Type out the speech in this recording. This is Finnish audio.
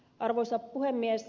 arvoisa puhemies